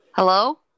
Hello